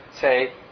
say